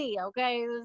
okay